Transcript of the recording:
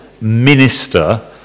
minister